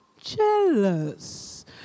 Jealous